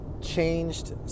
changed